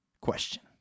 question